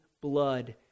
blood